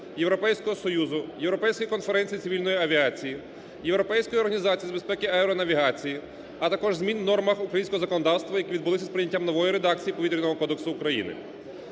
Європейського Союзу, Європейської конференції цивільної авіації, Європейської організації з безпеки аеронавігації, а також змін у нормах українського законодавства, які відбулися з прийняттям нової редакції Повітряного кодексу України.